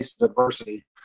adversity